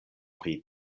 pri